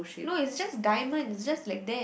no it's just diamonds it's just like that